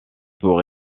pour